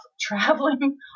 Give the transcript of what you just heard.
traveling